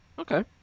Okay